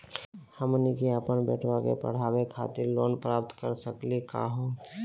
हमनी के अपन बेटवा क पढावे खातिर लोन प्राप्त कर सकली का हो?